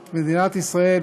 את מדינת ישראל,